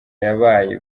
yabaye